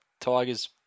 Tigers